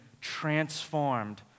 transformed